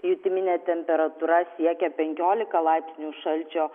jutiminė temperatūra siekia penkiolika laipsnių šalčio